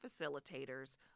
facilitators